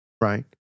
right